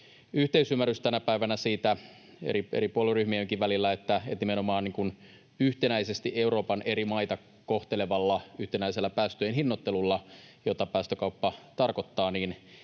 yhteisymmärrys tänä päivänä eri puolueryhmienkin välillä siitä, että nimenomaan yhtenäisesti Euroopan eri maita kohtelevalla yhtenäisellä päästöjen hinnoittelulla, jota päästökauppa tarkoittaa,